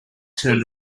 turn